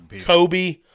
Kobe